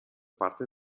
parte